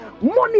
money